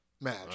match